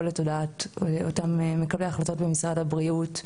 לתודעת מקבלי ההחלטות במשרד הבריאות,